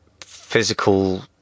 physical